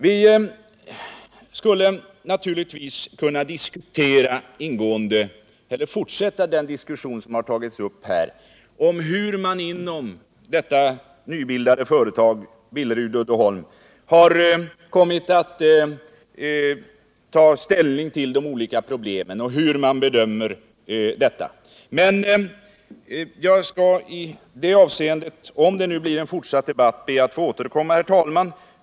Vi skulle naturligtvis kunna fortsätta den diskussion som tagits upp här om hur det nybildade företaget Billerud-Uddeholm har tagit ställning till de olika problemen och hur man skall bedöma dess åtgärder. Jag skall be att få återkomma om en sådan debatt verkligen tas upp.